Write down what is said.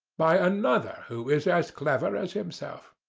by another who is as clever as himself.